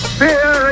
fear